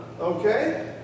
okay